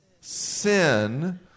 sin